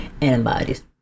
antibodies